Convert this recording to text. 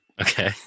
Okay